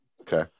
okay